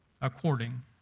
according